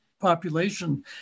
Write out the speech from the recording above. population